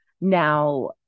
Now